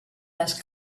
las